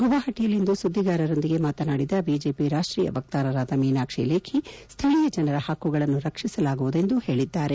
ಗುವಾಹಟಯಲ್ಲಿಂದು ಸುದ್ದಿಗಾರರೊಂದಿಗೆ ಮಾತನಾಡಿದ ಬಿಜೆಪಿ ರಾಷ್ಷೀಯ ವಕ್ತಾರರಾದ ಮೀನಾಕ್ಷಿ ಲೇಖಿ ಸ್ಥಳೀಯ ಜನರ ಹಕ್ಕುಗಳನ್ನು ರಕ್ಷಿಸಲಾಗುವುದೆಂದು ಹೇಳಿದ್ದಾರೆ